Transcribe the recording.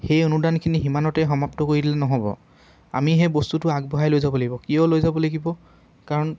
সেই অনুদানখিনি সিমানতে সমাপ্ত কৰি দিলে নহ'ব আমি সেই বস্তুটো আগবঢ়াই লৈ যাব লাগিব কিয় লৈ যাব লাগিব কাৰণ